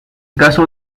caso